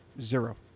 zero